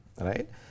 right